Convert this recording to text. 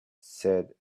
said